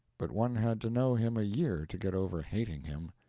but one had to know him a year to get over hating him,